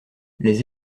les